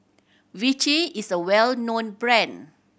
Vichy is a well known brand